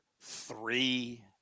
three